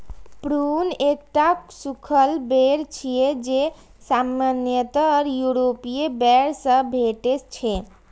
prune एकटा सूखल बेर छियै, जे सामान्यतः यूरोपीय बेर सं भेटै छै